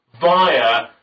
via